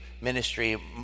ministry